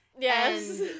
Yes